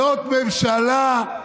איזו הצלחה?